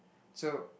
so